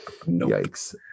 yikes